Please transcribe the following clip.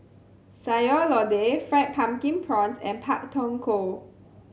Sayur Lodeh Fried Pumpkin Prawns and Pak Thong Ko